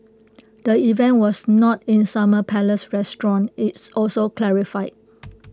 the event was not in summer palace restaurant its also clarified